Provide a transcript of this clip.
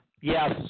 yes